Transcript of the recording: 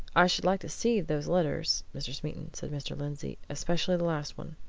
i should like to see those letters, mr. smeaton, said mr. lindsey. especially the last one.